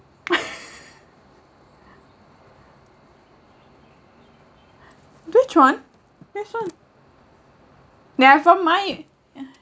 which one this one never mind yeah